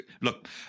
Look